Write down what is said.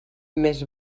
més